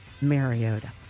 Mariota